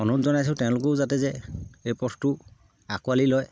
অনুৰোধ জনাইছোঁ তেওঁলোকেও যাতে যে এই পথতো আঁকোৱালি লয়